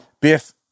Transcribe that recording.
biff